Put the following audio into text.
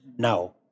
Now